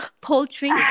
poultry